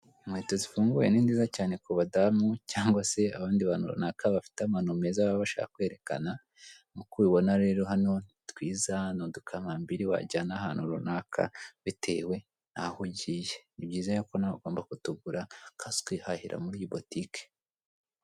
Inkweto zifunguye ni nziza cyane ku badamu cyangwa se abandi bantu runaka bafite amano meza baba bashaka kwerekana, nk'uko ubibona rero hano ni twiza, ni udukambiri wajyana ahantu runaka bitewe naho ugiye. Ni byiza rero ko nawe ugomba kutugura ukaza ukihahira muri iyi botike.